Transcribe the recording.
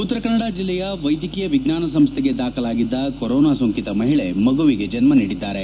ಉತ್ತರ ಕನ್ನಡ ಜಿಲ್ಲೆಯ ವೈದ್ಯಕೀಯ ವಿಜ್ಞಾನ ಸಂಸ್ಥೆಗೆ ದಾಖಲಾಗಿದ್ದ ಕೊರೊನಾ ಸೋಂಕಿತ ಮಹಿಳೆ ಮಗುವಿಗೆ ಜನ್ಮ ನೀಡಿದ್ದಾರೆ